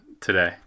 today